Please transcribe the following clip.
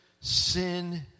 sin